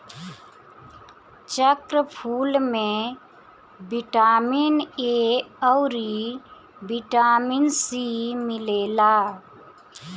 चक्रफूल में vitamin A अउरी बिटामिन सी मिलेला